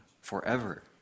forever